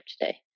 today